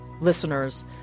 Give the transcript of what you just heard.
listeners